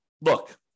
look